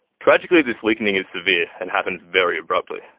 tragically this weakening is severe and happens very abruptly.